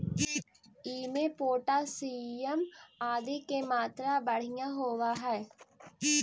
इमें पोटाशियम आदि के मात्रा बढ़िया होवऽ हई